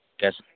کیسے